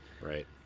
Right